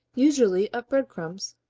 usually of bread crumbs,